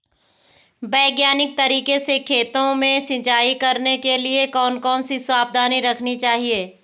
वैज्ञानिक तरीके से खेतों में सिंचाई करने के लिए कौन कौन सी सावधानी रखनी चाहिए?